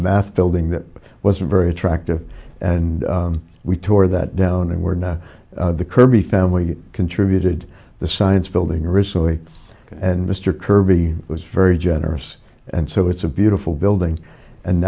math building that was very attractive and we tore that down and we're now the kirby family contributed the science building originally and mr kerr abby was very generous and so it's a beautiful building and